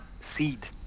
seed